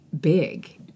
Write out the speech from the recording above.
big